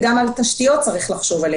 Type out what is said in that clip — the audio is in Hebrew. וגם על התשתיות צריך לחשוב,